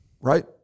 Right